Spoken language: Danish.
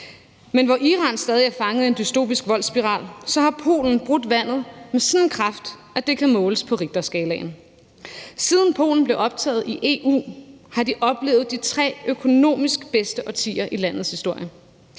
Men hvor Iran stadig er fanget i en dystopisk voldsspiral, har Polen brudt vandet med sådan en kraft, at det kan måles på Richterskalaen. Siden Polen blev optaget i EU, har de oplevet de tre økonomisk bedste årtier i landets historie.